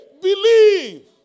believe